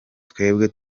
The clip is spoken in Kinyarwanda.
twebwe